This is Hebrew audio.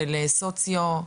של סוציו,